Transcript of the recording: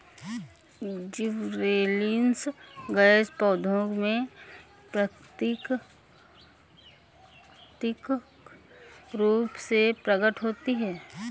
gibberellins gas पौधों में प्राकृतिक रूप से प्रकट होती है